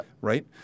Right